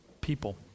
people